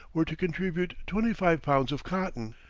were to contribute twenty-five pounds of cotton.